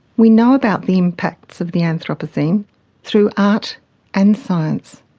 we know about the impacts of the anthroposcene through art and science.